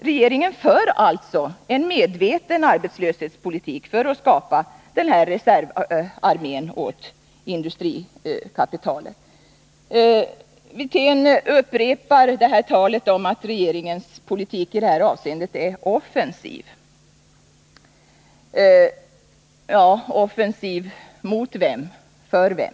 Regeringen för alltså en medveten arbetslöshetspolitik för att skapa den här reservarmén åt industrikapitalet. Rolf Wirtén upprepar talet om att regeringens politik på det här området är offensiv. Offensiv mot vem? För vem?